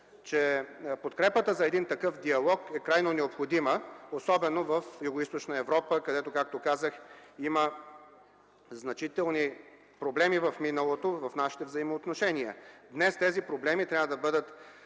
че подкрепата за такъв диалог е крайно необходима, особено в Югоизточна Европа, където, както казах, има значителни проблеми в миналото в нашите взаимоотношения. Днес тези проблеми трябва да бъдат